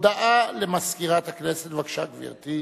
הודעה למזכירת הכנסת, בבקשה, גברתי.